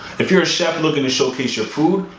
if you're a chef looking to showcase your food,